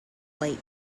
lake